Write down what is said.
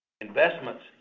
Investments